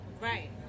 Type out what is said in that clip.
Right